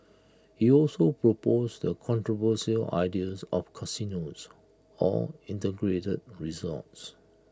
he also proposed the controversial ideas of casinos or integrated resorts